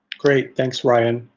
great. thanks, ryan.